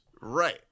Right